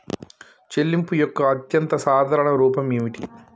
చెల్లింపు యొక్క అత్యంత సాధారణ రూపం ఏమిటి?